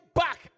back